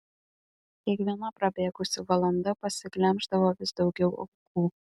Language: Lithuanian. kiekviena prabėgusi valanda pasiglemždavo vis daugiau aukų